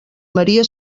maria